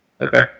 Okay